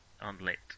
unlit